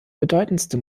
bedeutendste